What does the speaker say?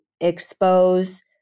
expose